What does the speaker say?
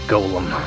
Golem